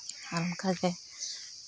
ᱟᱨ ᱚᱱᱠᱟᱜᱮ